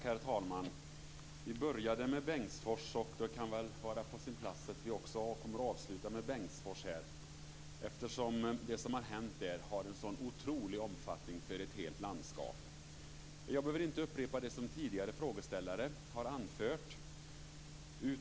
Herr talman! Vi började med Bengtsfors, och det kan väl vara på sin plats att vi avslutar med Bengtsfors eftersom det som har hänt där har en sådan otrolig omfattning för ett helt landskap. Jag behöver inte upprepa det som tidigare frågeställare har anfört.